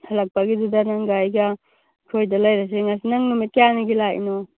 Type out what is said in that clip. ꯍꯜꯂꯛꯄꯒꯤꯗꯨꯗ ꯅꯪ ꯒꯥꯔꯤꯒ ꯑꯩꯈꯣꯏꯗ ꯂꯩꯔꯁꯤ ꯉꯁꯤ ꯅꯪ ꯅꯨꯃꯤꯠ ꯀꯌꯥꯅꯤꯒꯤ ꯂꯥꯛꯂꯤꯅꯣ